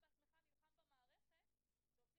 לך לעיר העתיקה ותחפש את בית הכנסת "צוף דבש"